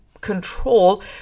control